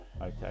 Okay